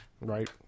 Right